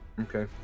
Okay